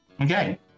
Okay